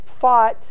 fought